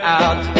out